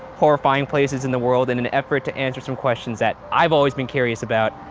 horrifying places in the world in an effort to answer some questions that i've always been curious about.